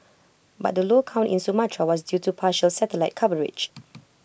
but the low count in Sumatra was due to partial satellite coverage